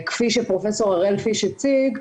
כפי שפרופ' הראל-פיש הציג,